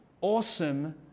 awesome